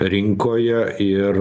rinkoje ir